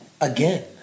Again